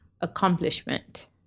accomplishment